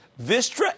Vistra